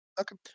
Okay